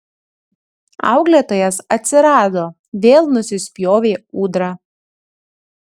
auklėtojas atsirado vėl nusispjovė ūdra